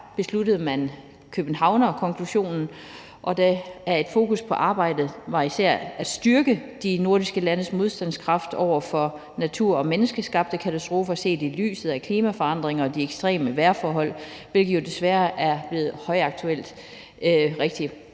besluttede man københavnerkonklusionen, og et fokus i arbejdet var især at styrke de nordiske landes modstandskraft over for natur- og menneskeskabte katastrofer set i lyset af klimaforandringer og de ekstreme vejrforhold, hvilket jo desværre er blevet højaktuelt rigtig